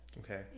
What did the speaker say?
Okay